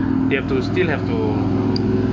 they have to still have to